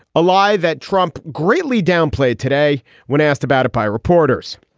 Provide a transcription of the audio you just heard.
a lie that trump greatly downplayed today when asked about it by reporters